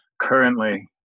currently